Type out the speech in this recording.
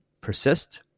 persist